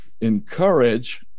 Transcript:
encourage